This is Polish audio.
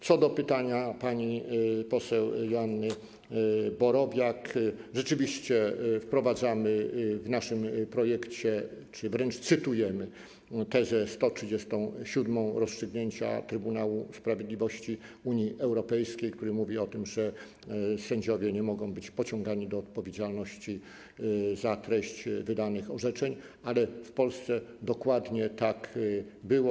Co do pytania pani poseł Joanny Borowiak rzeczywiście wprowadzamy w naszym projekcie czy wręcz cytujemy tezę nr 137 rozstrzygnięcia Trybunału Sprawiedliwości Unii Europejskiej, która mówi o tym, że sędziowie nie mogą być pociągani do odpowiedzialności za treść wydanych orzeczeń, a w Polsce dokładnie tak było.